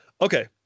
Okay